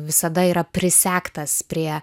visada yra prisegtas prie